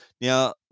Now